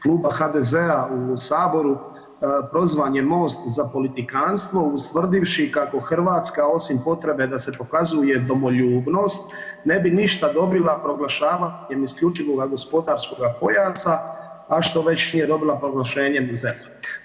Kluba HDZ-a u saboru prozvan je MOST za politikantstvo ustvrdivši kako Hrvatska osim potrebe da se pokazuje domoljubnost ne bi ništa dobila proglašavanjem isključivog gospodarskog pojasa, a što već nije dobila proglašenjem ZERP-a.